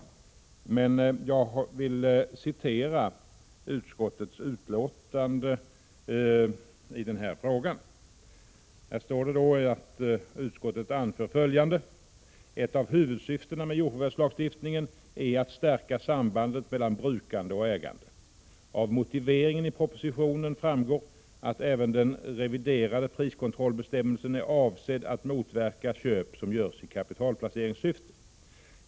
Jag skall citera utskottets utlåtande i denna fråga: ”Ett av huvudsyftena med jordförvärvslagstiftningen är att stärka sambandet mellan brukande och ägande. Av motiveringen i propositionen ——— framgår att även den reviderade priskontrollbestämmelsen är avsedd att motverka köp som görs i kapitalplaceringssyfte.